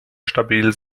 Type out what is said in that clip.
stabil